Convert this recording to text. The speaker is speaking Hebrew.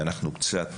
ואנחנו קצת